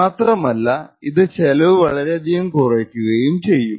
മാത്രമല്ല ഇത് ചിലവ് വളരെയധികം കുറക്കുകയും ചെയ്യും